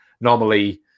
normally